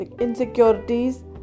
insecurities